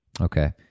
Okay